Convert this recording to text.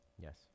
Yes